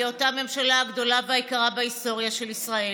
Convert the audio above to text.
היותה הממשלה הגדולה והיקרה בהיסטוריה של ישראל.